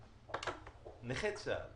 נכי צה"ל